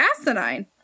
asinine